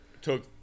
took